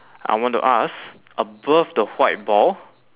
I want to ask above the white ball